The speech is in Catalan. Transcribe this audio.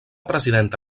presidenta